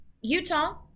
Utah